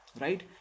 right